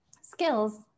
skills